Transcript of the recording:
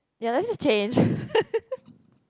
ya let's just change